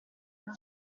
uno